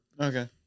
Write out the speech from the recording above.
Okay